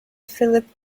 philip